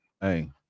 hey